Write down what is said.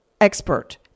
expert